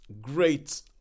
great